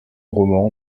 roman